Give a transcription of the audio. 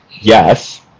yes